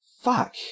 Fuck